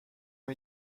ont